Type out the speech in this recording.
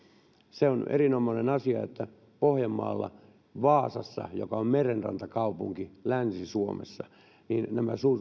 se on erinomainen asia että pohjanmaalla vaasassa joka on merenrantakaupunki länsi suomessa nämä